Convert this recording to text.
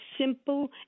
Simple